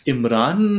Imran